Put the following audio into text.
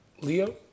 Leo